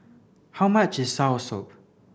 how much is soursop